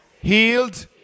healed